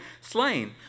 slain